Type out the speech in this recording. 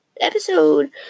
episode